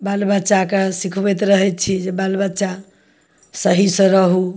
बाल बच्चाके सिखबैत रहै छी जे बाल बच्चा सही सऽ रहु